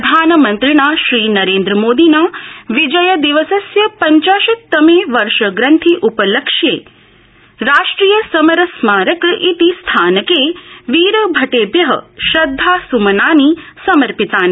प्रधानमन्त्रिणा नरेन्द्रमोदिना विजयदिवस्य पंचाशत्तमे वर्षग्रन्थि उपलक्ष्ये राष्ट्रिय समर समारक इति स्थानके वीरभरेभ्य श्रद्धास्मनानि समर्पितानि